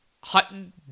Hutton